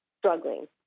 struggling